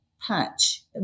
patch